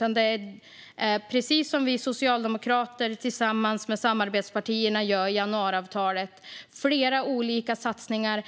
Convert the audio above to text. Man måste precis som vi socialdemokrater tillsammans med våra samarbetspartier gör i januariavtalet ha flera olika satsningar